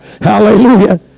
Hallelujah